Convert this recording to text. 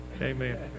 Amen